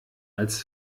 als